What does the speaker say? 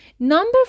Number